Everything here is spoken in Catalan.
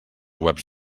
webs